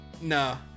no